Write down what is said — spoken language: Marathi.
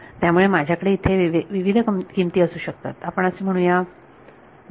त्यामुळे माझ्याकडे येथे विविध किमती असू शकतात आपण असे म्हणू या 0